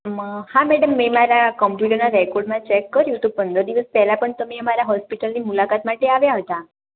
મ હા મેડમ મેં મારા કોમ્પ્યુટરના રેકોર્ડમાં ચેક કર્યું તો પંદર દિવસ પહેલાં પણ તમે અમારાં હૉસ્પિટલની મુલાકાત માટે આવ્યાં હતાં